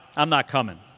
i'm not coming.